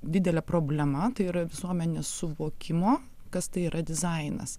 didelė problema tai yra visuomenės suvokimo kas tai yra dizainas